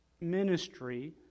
ministry